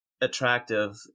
attractive